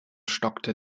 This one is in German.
stockte